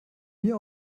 mir